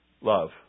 Love